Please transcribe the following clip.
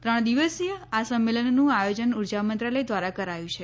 ત્રણ દિવસીય આ સંમેલનનું આયોજન ઉર્જા મંત્રાલય ધ્વારા કરાયું છે